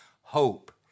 hope